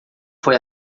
foi